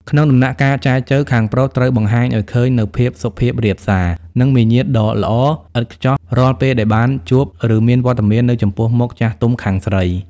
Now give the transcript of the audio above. ក្នុងដំណាក់កាលចែចូវ ខាងប្រុសត្រូវបង្ហាញឱ្យឃើញនូវភាពសុភាពរាបសារ និងមារយាទដ៏ល្អឥតខ្ចោះរាល់ពេលដែលបានជួប ឬមានវត្តមាននៅចំពោះមុខចាស់ទុំខាងស្រី។